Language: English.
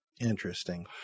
Interesting